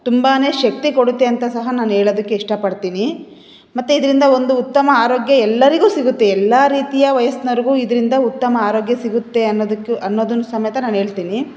ತುಂಬಾ ಶಕ್ತಿ ಕೊಡುತ್ತೆ ಅಂತ ಸಹ ನಾನೇಳೋದಕ್ಕೆ ಇಷ್ಟಪಡ್ತಿನಿ ಮತ್ತು ಇದರಿಂದ ಒಂದು ಉತ್ತಮ ಆರೋಗ್ಯ ಎಲ್ಲರಿಗೂ ಸಿಗುತ್ತೆ ಎಲ್ಲ ರೀತಿಯ ವಯಸ್ಸಿನವ್ರಿಗು ಇದರಿಂದ ಉತ್ತಮ ಆರೋಗ್ಯ ಸಿಗುತ್ತೆ ಅನ್ನೋದಕ್ಕೆ ಅನ್ನೋದನ್ನು ಸಮೇತ ನಾನೇಳ್ತಿನಿ